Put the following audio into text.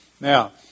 Now